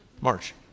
March